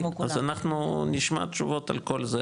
אז אנחנו נשמע תשובות על כל זה,